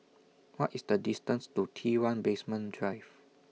What IS The distance to T one Basement Drive